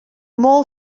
mole